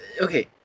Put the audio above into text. Okay